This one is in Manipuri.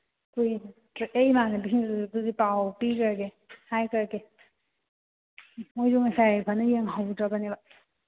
ꯀꯨꯏꯗ꯭ꯔꯦ ꯑꯩ ꯏꯃꯥꯟꯅꯕꯤꯁꯤꯡꯗꯨꯁꯨ ꯑꯗꯨꯗꯤ ꯄꯥꯎ ꯄꯤꯈ꯭ꯔꯒꯦ ꯍꯥꯏꯈ꯭ꯔꯒꯦ ꯃꯈꯣꯏꯁꯨ ꯉꯁꯥꯏ ꯐꯖꯅ ꯌꯦꯡꯍꯧꯗ꯭ꯔꯕꯅꯦꯕ